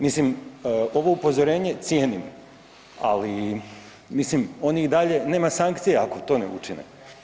Mislim, ovo upozorenje cijenim, ali, mislim, oni i dalje, nema sankcija ako to ne učine.